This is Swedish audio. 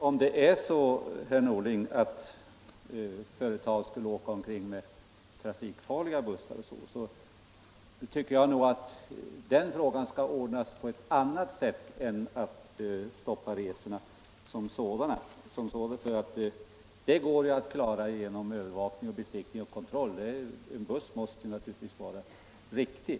Fru talman! Om det var fråga om att vissa företag åkte omkring med trafikfarliga bussar, tycker jag att man kunde ha kommit till rätta med detta på annat sätt än genom att stoppa resorna som sådana. Det går att klara genom övervakning, besiktning och kontroll. En buss måste naturligtvis vara riktig.